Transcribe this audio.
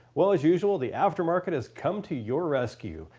well, as usual the after market has come to your rescue.